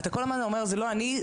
אתה כל הזמן אומר "זה לא אני,